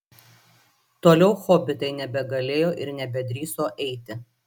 toliau hobitai nebegalėjo ir nebedrįso eiti